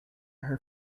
her